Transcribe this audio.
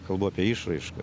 kalbu apie išraišką